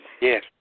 Yes